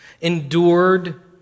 endured